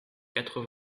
quatre